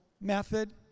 method